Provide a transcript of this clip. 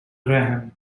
graham